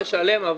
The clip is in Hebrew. הזוג משלם.